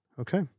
Okay